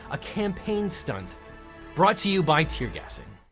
a campaign stunt brought to you by tear gassing.